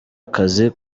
akazi